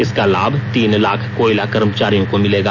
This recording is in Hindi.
इसका लाभ तीन लाख कोयला कर्मचारियों को मिलेगा